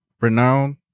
renowned